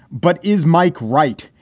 but is mike right?